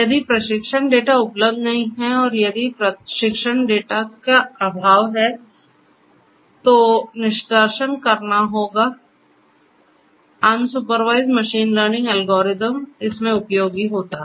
यदि प्रशिक्षण डेटा उपलब्ध नहीं है और यदि प्रशिक्षण डेटा के अभाव में टीचर निष्कर्षण करना होगा तो अनसुपरवाइजड मशीन लर्निंग एल्गोरिदम उपयोगी होते हैं